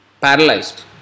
Paralyzed